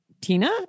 Tina